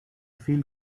feel